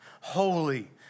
holy